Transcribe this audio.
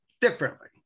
differently